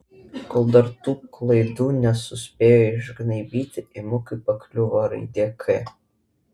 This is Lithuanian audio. kol dar tų klaidų nesuspėjo išgnaibyti imu kaip pakliuvo raidę k